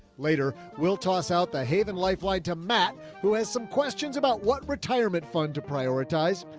later we'll toss out the haven lifeline to matt who has some questions about what retirement fund to prioritize.